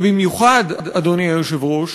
ובמיוחד, אדוני היושב-ראש,